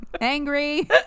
angry